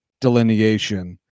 delineation